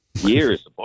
years